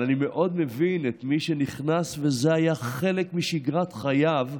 אני מאוד מבין את מי שנכנס וזה היה חלק משגרת חייו,